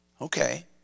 Okay